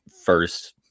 first